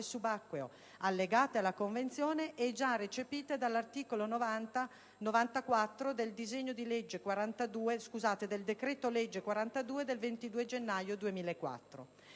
subacqueo», allegate alla Convenzione e già recepite dall'articolo 94 del decreto-legge 22 gennaio 2004,